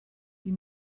die